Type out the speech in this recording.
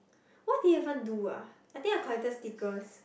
what did even do ah I think I collected stickers